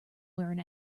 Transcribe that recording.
wearing